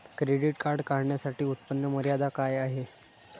Credit card काढण्यासाठी उत्पन्न मर्यादा काय आहे?